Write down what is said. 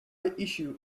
issue